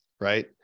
right